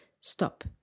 stop